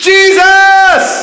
Jesus